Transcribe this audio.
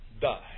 die